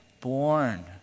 born